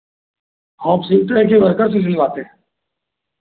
आप सिलते हैं कि वर्कर से सिलवाते हैं